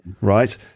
Right